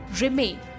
remain